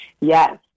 Yes